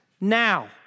now